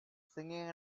singing